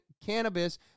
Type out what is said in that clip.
Cannabis